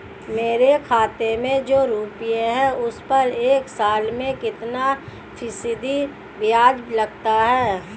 मेरे खाते में जो रुपये हैं उस पर एक साल में कितना फ़ीसदी ब्याज लगता है?